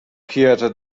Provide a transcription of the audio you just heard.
kyoto